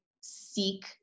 seek